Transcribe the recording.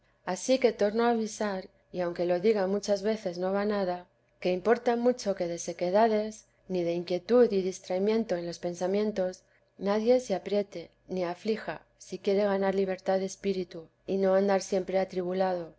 ansí que torno a avisar y aunque lo diga muchas veces no va nada que importa mucho que de sequedades ni de inquietud y distraimiento en pensamientos nadie se apriete ni aflija si quiere ganar libertad de espíritu y no andar siempre atribulado